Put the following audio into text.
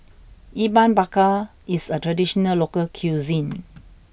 Ikan Bakar is a traditional local cuisine